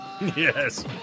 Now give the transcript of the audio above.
yes